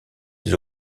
des